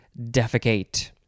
defecate